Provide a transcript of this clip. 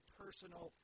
personal